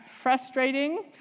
frustrating